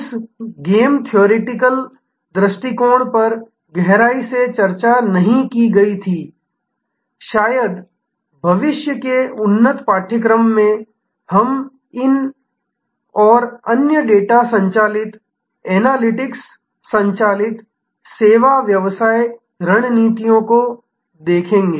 इस game theoretic दृष्टिकोण पर गहराई से चर्चा नहीं की गई थी शायद भविष्य के उन्नत पाठ्यक्रम में हम इन और अन्य डेटा संचालित एनालिटिक्स संचालित सेवा व्यवसाय रणनीतियों को देखेंगे